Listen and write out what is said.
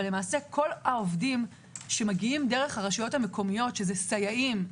אבל כל העובדים שמגיעים דרך הרשויות המקומיות שזה סייעים,